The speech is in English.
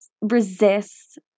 resist